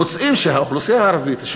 מוצאים שהאוכלוסייה הערבית,